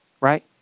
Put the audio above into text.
right